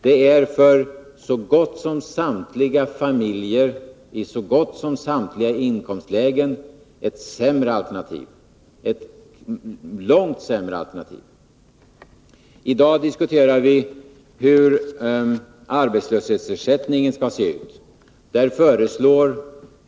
Det är för så gott som samtliga familjer i så gott som samtliga inkomstlägen ett långt sämre alternativ. I dag diskuterar vi hur arbetslöshetsersättningen skall se ut.